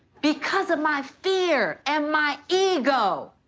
because of my fear and my ego.